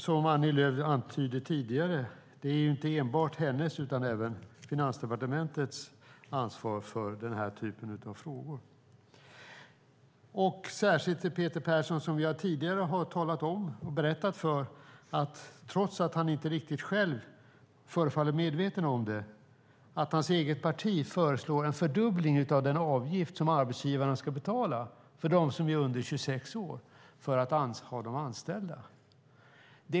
Som Annie Lööf antydde tidigare är det inte enbart hennes ansvar, utan även Finansdepartementet har ansvar för den här typen av frågor. Jag har tidigare berättat för Peter Persson att hans eget parti, trots att han själv inte riktigt förefaller medveten om det, föreslår en fördubbling av den avgift som arbetsgivarna ska betala för att ha dem som är under 26 år anställda.